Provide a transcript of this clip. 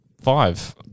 five